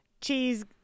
cheese